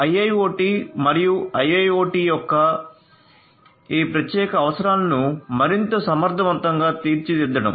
IIoT మరియు IIoT యొక్క ఈ ప్రత్యేక అవసరాలను మరింత సమర్థవంతంగా తీర్చడం